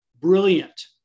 brilliant